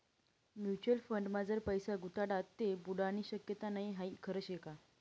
Mutual फंडमा जर पैसा गुताडात ते बुडानी शक्यता नै हाई खरं शेका?